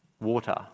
Water